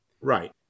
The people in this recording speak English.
Right